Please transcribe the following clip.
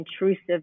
intrusive